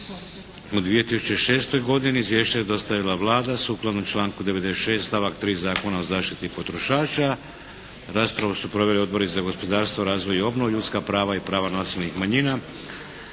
u 2006. godini Izvješće je dostavila Vlada sukladno članku 96. stavak 3. Zakona o zaštiti potrošača. Raspravu su proveli odbori za gospodarstvo, razvoj i obnovu, ljudska prava i prava nacionalnih manjina.